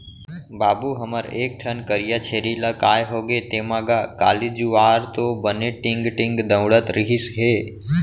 बाबू हमर एक ठन करिया छेरी ला काय होगे तेंमा गा, काली जुवार तो बने टींग टींग दउड़त रिहिस हे